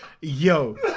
Yo